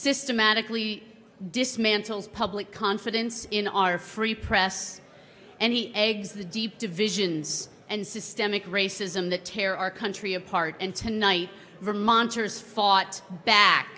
systematically dismantled public confidence in our free press and he eggs the deep divisions and systemic racism that tear our country apart and tonight vermonters fought back